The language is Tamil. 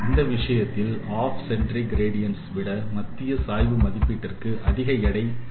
இந்த விஷயத்தில் ஆப் சென்ரிக் க்ராடிஎன்ட்ஸ் விட மத்திய சாய்வு மதிப்பீட்டிற்கு அதிக எடையை தருகிறோம்